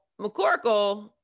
McCorkle